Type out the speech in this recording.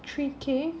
three K